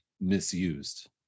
misused